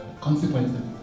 consequences